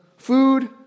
Food